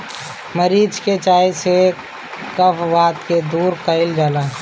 मरीच के चाय से कफ वात के दूर कइल जाला